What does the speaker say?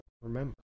remember